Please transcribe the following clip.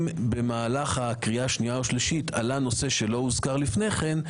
אם במהלך הקריאה השנייה או השלישית עלה נושא שלא הוזכר לפני כן,